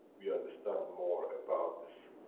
we understand more about this.